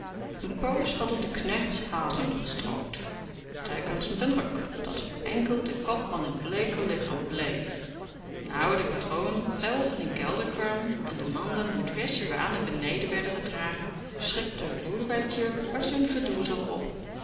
n poos hadden de knechts hazen gestroopt telkens met n ruk dat enkel de kop aan t bleeke lichaam bleef nou de patroon zelf in den kelder kwam en de manden met versche waar naar benee werden gedragen schrikte lodewijkje uit z'n gedoezel op